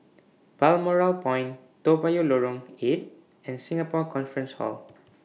Balmoral Point Toa Payoh Lorong eight and Singapore Conference Hall